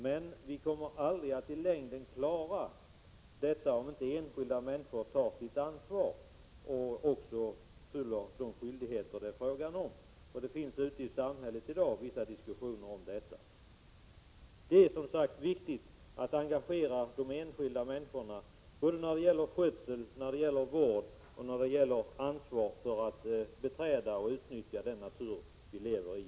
Men vi kommer aldrig att i längden klara detta, om inte enskilda människor tar sitt ansvar och även uppfyller de skyldigheter det är fråga om. Det förs ute i samhället i dag vissa diskussioner om detta. Det är som sagt viktigt att engagera de enskilda människorna i skötsel, vård och ansvar när det gäller att beträda och utnyttja den natur vi lever i.